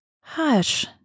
Hush